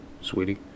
sweetie